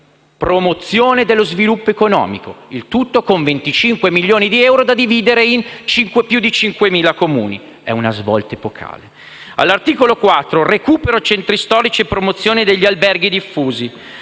promozione dello sviluppo economico: il tutto con 25 milioni di euro da dividere tra più di 5.000 Comuni. È una svolta epocale! All'articolo 4 («Recupero e riqualificazione dei centri storici e promozione di alberghi diffusi»)